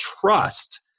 trust